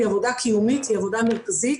זאת עבודה קיומית ומרכזית.